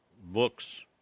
books